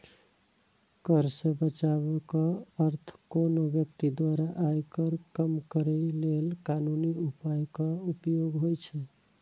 कर सं बचावक अर्थ कोनो व्यक्ति द्वारा आयकर कम करै लेल कानूनी उपायक उपयोग होइ छै